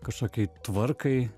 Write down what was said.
kažkokiai tvarkai